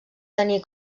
tenir